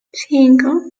cinco